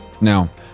now